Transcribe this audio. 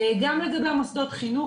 גם לגבי מוסדות חינוך